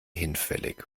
hinfällig